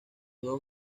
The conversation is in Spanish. dos